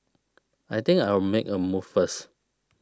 I think I'll make a move first